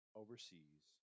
overseas